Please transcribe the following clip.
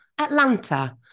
Atlanta